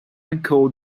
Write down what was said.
encode